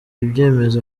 ibyemezo